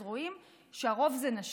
אז רואים שהרוב זה נשים,